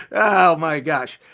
oh my gosh.